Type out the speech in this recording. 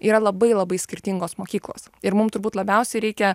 yra labai labai skirtingos mokyklos ir mum turbūt labiausiai reikia